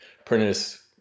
apprentice